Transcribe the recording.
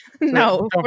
no